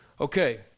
Okay